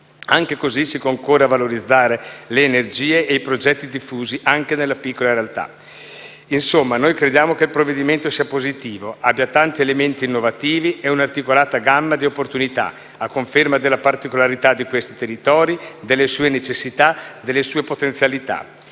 Anche così si concorre a valorizzare le energie e i progetti diffusi anche nelle piccole realtà. Noi crediamo insomma che il provvedimento sia positivo, abbia tanti elementi innovativi e un'articolata gamma di opportunità, a conferma della particolarità di questi territori, delle sue necessità, delle sue potenzialità.